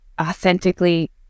authentically